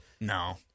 No